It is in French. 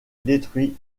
détruits